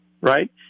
right